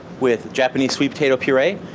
with a japanese sweet potato puree,